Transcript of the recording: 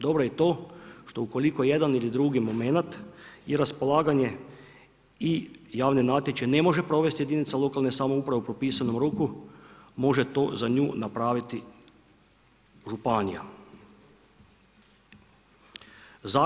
Dobro je i to što ukoliko jedan ili drugi momenat i raspolaganje i javni natječaj ne može provesti jedinica lokalne samouprave u propisanom roku može to za nju napraviti županija.